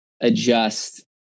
adjust